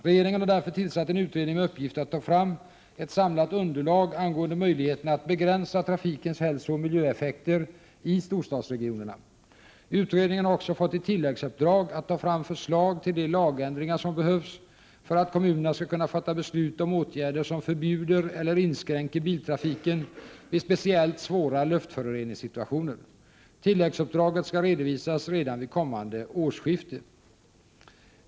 Regeringen har därför tillsatt en utredning med uppgift att ta fram ett samlat underlag angående möjligheterna att begränsa trafikens hälsooch miljöeffekter i storstadsregionerna. Utredningen har också fått i tilläggsuppdrag att ta fram förslag till de lagändringar som behövs för att kommunerna skall kunna fatta beslut om åtgärder som förbjuder eller inskränker biltrafiken vid speciellt svåra luftföroreningssituationer. Tilläggsuppdraget skall redovisas redan vid kommande årsskifte.